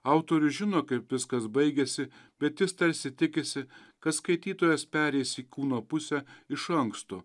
autorius žino kaip viskas baigėsi bet jis tarsi tikisi kad skaitytojas pereis į kūno pusę iš anksto